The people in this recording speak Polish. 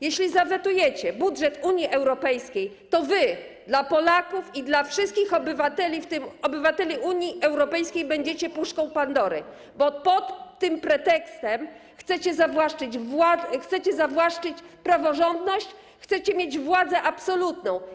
Jeśli zawetujecie budżet Unii Europejskiej, to wy dla Polaków i dla wszystkich obywateli, w tym obywateli Unii Europejskiej, będziecie puszką Pandory, bo pod tym pretekstem chcecie zawłaszczyć praworządność, chcecie mieć władzę absolutną.